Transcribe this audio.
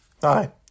Hi